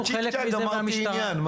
ובצ'יק-צ'אק גמרתי את העניין.